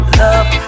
love